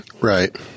Right